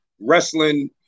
wrestling